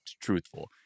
truthful